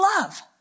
love